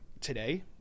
today